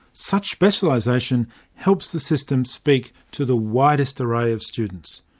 such specialisation helps the system speak to the widest array of students.